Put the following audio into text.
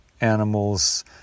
animals